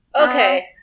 Okay